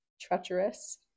Treacherous